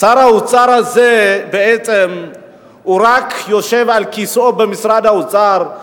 שר האוצר הזה בעצם רק יושב על כיסאו במשרד האוצר,